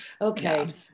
Okay